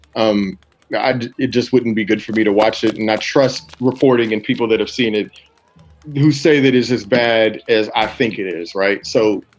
um yeah it just wouldn't be good for me to watch it and not trust reporting and people that have seen it who say that is as bad as i think it is. right. so,